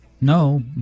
No